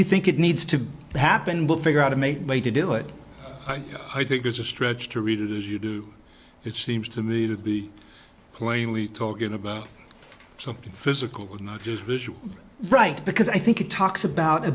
you think it needs to happen we'll figure out to make way to do it i think is a stretch to read it as you do it seems to me to be plainly talking about something physical not just visual right because i think it talks about a